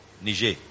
Niger